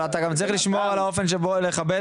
אבל אתה צריך גם לשמור על האופן שבו אתה מדבר ולכבד.